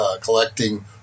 collecting